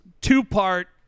two-part